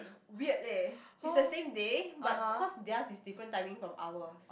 weird leh it's the same day but cause theirs is different timing from ours